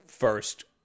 First